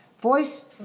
voice